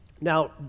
Now